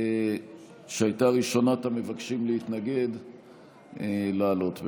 שהייתה ראשונת המבקשים להתנגד, לעלות.